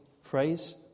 phrase